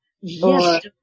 Yes